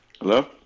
Hello